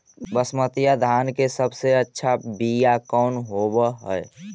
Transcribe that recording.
बसमतिया धान के सबसे अच्छा बीया कौन हौब हैं?